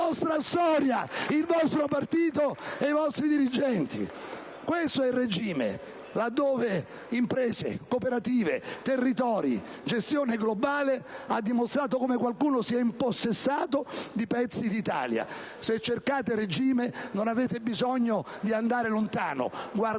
della senatrice Bassoli).* Questo è il regime, laddove imprese, cooperative, territori, gestione globale hanno dimostrato come qualcuno si è impossessato di pezzi d'Italia. Se cercate il regime, non avete bisogno di andare lontano. Guardatevi